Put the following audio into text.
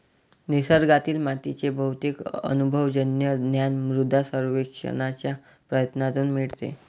निसर्गातील मातीचे बहुतेक अनुभवजन्य ज्ञान मृदा सर्वेक्षणाच्या प्रयत्नांतून मिळते